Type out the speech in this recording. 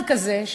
אחד כזה,